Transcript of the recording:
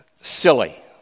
silly